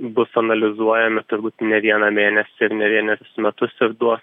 bus analizuojami turbūt ne vieną mėnesį ir ne vienerius metus ir duos